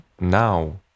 now